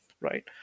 Right